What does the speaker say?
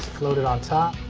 float it on top,